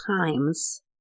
times